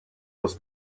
was